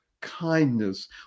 kindness